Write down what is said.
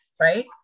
right